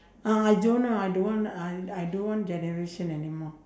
uh I don't know I don't want uh I don't want generation anymore